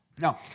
Now